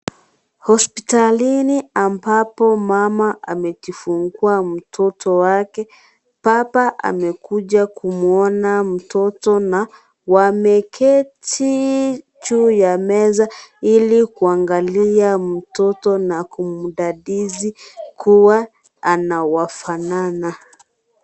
Hospitalini ambapo mama amejifungua mtoto wake baba amekuja kumwona mtoto na wameketi juu ya meza ili kuangalia mtoto na kumdadisi kuwa anawafanana.